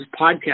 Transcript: podcast